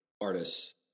Artists